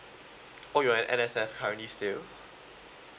oh you're at N_S_S currently still